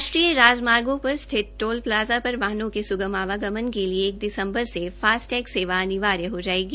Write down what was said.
राष्टरीय राजमार्गों पर स्थित टोल प्लाजा पर वाहनों के सुगम आवागमन के लिए एक दिसबंर से फास्ट टैग सेवा अनिवार्य हो जायेगी